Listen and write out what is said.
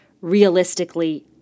realistically